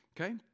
Okay